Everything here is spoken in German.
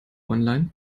online